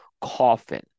coffin